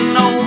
no